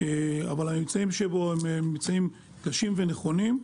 אבל הממצאים שבו קשים ונכונים,